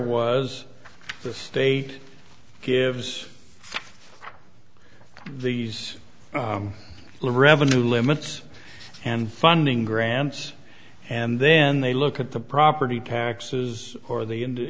was the state gives these revenue limits and funding grants and then they look at the property taxes or the